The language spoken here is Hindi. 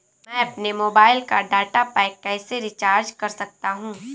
मैं अपने मोबाइल का डाटा पैक कैसे रीचार्ज कर सकता हूँ?